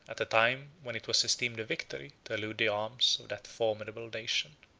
at a time when it was esteemed a victory to elude the arms of that formidable nation.